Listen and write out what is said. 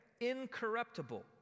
Incorruptible